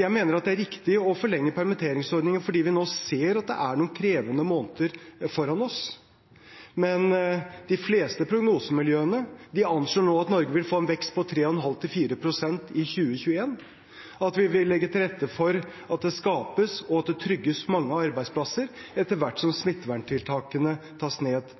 Jeg mener at det er riktig å forlenge permitteringsordningen fordi vi nå ser at det er noen krevende måneder foran oss. Men de fleste prognosemiljøene anslår nå at Norge vil få en vekst på 3,5-4 pst. i 2021, og vi vil legge til rette for at det skapes og trygges mange arbeidsplasser etter hvert som smitteverntiltakene tas ned.